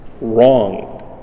Wrong